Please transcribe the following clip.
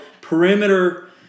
perimeter